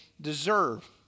deserve